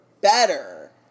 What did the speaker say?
better